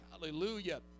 Hallelujah